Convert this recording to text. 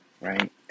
Right